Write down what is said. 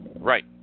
Right